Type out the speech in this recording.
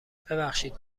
ببخشید